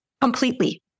Completely